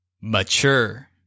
Mature